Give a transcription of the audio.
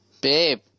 Babe